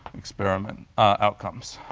experiment outcomes.